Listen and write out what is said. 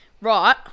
Right